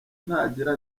ntagira